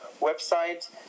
website